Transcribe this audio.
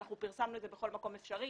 אנחנו פרסמנו את זה בכל מקום אפשרי,